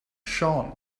shone